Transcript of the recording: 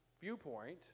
viewpoint